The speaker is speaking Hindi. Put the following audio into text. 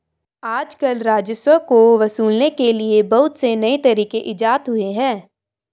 आजकल राजस्व को वसूलने के बहुत से नये तरीक इजात हुए हैं